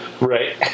Right